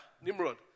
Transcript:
Nimrod